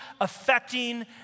affecting